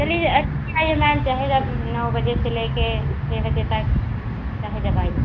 चलिए अच् आईए मैम चाहे जब नौ बजे से ले कर इतने बजे तक चाहे जब आईए